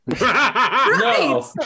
No